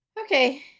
Okay